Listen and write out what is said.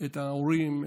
את ההורים,